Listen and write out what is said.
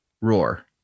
Roar